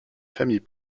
familles